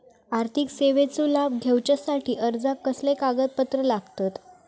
आर्थिक सेवेचो लाभ घेवच्यासाठी अर्जाक कसले कागदपत्र लागतत?